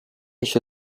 esce